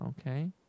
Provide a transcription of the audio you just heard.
Okay